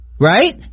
Right